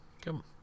Come